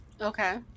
Okay